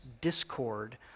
discord